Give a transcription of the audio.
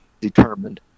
determined